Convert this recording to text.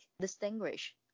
distinguish